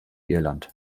irland